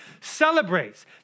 celebrates